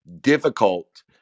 difficult